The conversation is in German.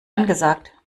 angesagt